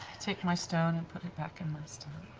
take my stone and put it back in my staff.